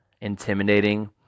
intimidating